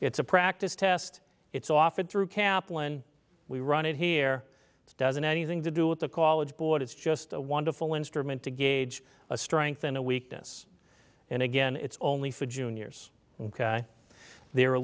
it's a practice test it's often through kaplan we run it here doesn't anything to do with the call it board it's just a wonderful instrument to gauge a strength and a weakness and again it's only for juniors and they're a